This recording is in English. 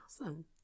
Awesome